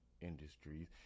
industries